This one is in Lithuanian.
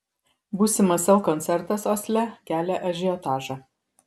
būsimas sel koncertas osle kelia ažiotažą